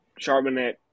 Charbonnet